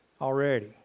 already